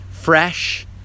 Fresh